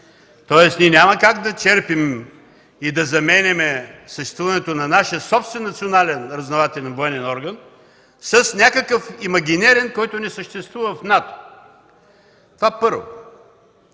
тоест ние няма как да черпим и да заменяме съществуването на наш собствен национален разузнавателен военен орган с някакъв имагинерен, който не съществува в НАТО – това, първо.